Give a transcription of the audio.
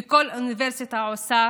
וכל אוניברסיטה עושה